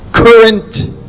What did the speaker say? Current